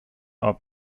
are